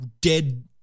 dead